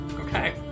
Okay